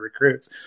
recruits